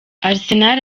arsenal